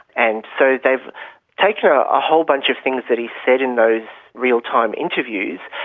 and so they've taken a whole bunch of things that he's said in those real-time interviews,